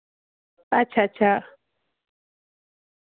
अच्छा अच्छा